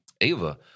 Ava